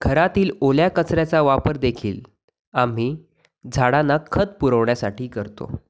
घरातील ओल्या कचऱ्याचा वापर देखील आम्ही झाडांना खत पुरवण्यासाठी करतो